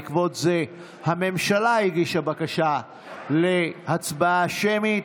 בעקבות זאת הממשלה הגישה בקשה להצבעה שמית.